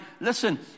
listen